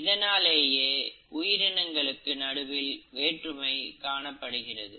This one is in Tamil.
இதனாலேயே உயிரினங்களுக்கு நடுவில் வேற்றுமை காணப்படுகிறது